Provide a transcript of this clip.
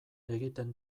egiten